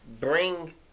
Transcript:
bring